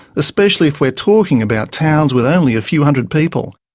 especially if we're talking about towns with only a few hundred people.